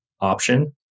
option